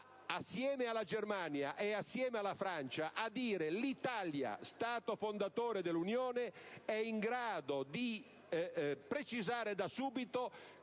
assieme alla Germania e alla Francia, a dire che l'Italia, Stato fondatore dell'Unione, è in grado di precisare da subito